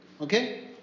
Okay